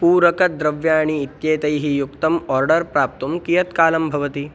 पूरकद्रव्याणि इत्येतैः युक्तम् आर्डर् प्राप्तुं कियत् कालं भवति